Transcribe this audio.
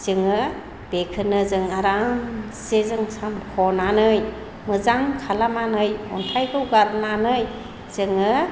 जोङो बेखौनो जों आरामसे जों सामख'नानै मोजां खालामनानै अन्थाइखौ गारनानै जोङो